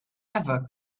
ever